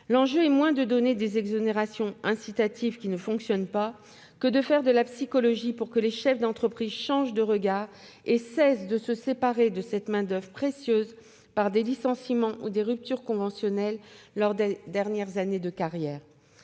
L'enjeu est moins d'allouer des exonérations incitatives qui ne fonctionnent pas que de faire de la psychologie pour que les chefs d'entreprise changent de regard et cessent de se séparer de cette main-d'oeuvre précieuse par des licenciements ou des ruptures conventionnelles lors des dernières années de carrière.